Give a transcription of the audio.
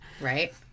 Right